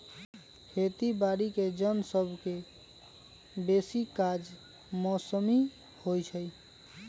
खेती बाड़ीके जन सभके बेशी काज मौसमी होइ छइ